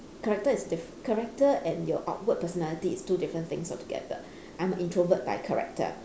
character is diff~ character and your outward personality is two different things altogether I'm an introvert by character